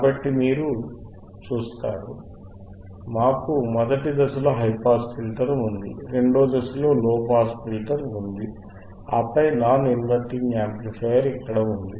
కాబట్టి మీరు చూస్తారు మనకు మొదటి దశలో హైపాస్ ఫిల్టర్ ఉంది రెండవ దశలో లోపాస్ ఫిల్టర్ ఉంది ఆపై నాన్ ఇన్వర్టింగ్ యాంప్లిఫైయర్ ఇక్కడ ఉంది